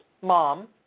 mom